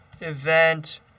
event